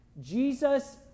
Jesus